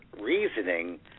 reasoning